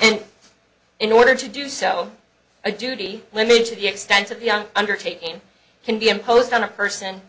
and in order to do so a duty limited the extent of young undertaking can be imposed on a person